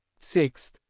Sixth